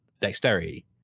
dexterity